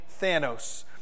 Thanos